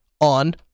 on